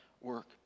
work